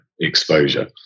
exposure